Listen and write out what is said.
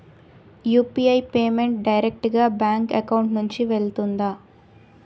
UPI payment direct గా bank account నుంచి వెళ్తుందా?